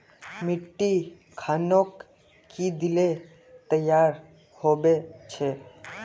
मिट्टी खानोक की दिले तैयार होबे छै?